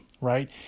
Right